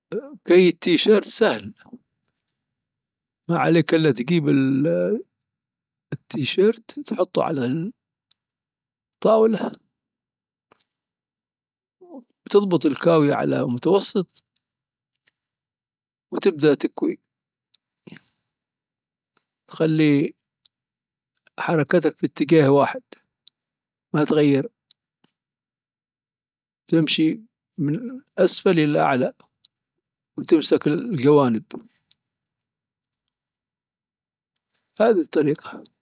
كي التيشيرت سهل. ما عليك الا تجيب التيشيرت، وتحطه على الطاولة، وتضبط الكاوية على متوسط، وتبدأ تكوي، تخلي حركتك بإتجاه واحد. ما تغير تمشي من أسفل إلى أعلى، وتمسك الجوانب. هذي الطريقة.